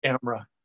camera